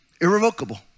Irrevocable